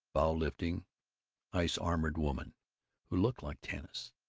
brow-lifting, ice-armored woman who looked like tanis.